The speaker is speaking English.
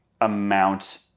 amount